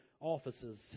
offices